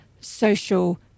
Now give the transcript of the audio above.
social